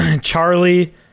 Charlie